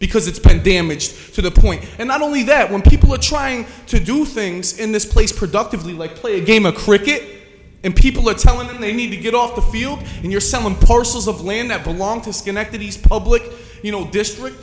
because it's been damaged to the point and not only that when people are trying to do things in this place productively like play a game of cricket and people are telling them they need to get off the field and you're someone parcels of land that belong to schenectady as public you know district